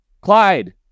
Clyde